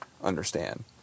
understand